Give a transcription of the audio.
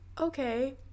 Okay